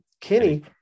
Kenny